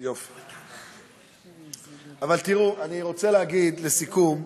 אבל תראו, אני רוצה להגיד לסיכום,